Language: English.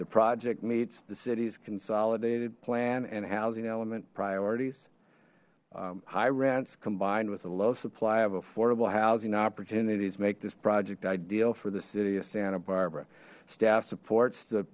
the project meets the city's consolidated plan and housing element priorities high rents combined with a low supply of affordable housing opportunities make this project ideal for the city of santa barbara staff supports the